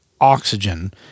oxygen